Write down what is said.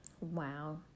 Wow